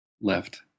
left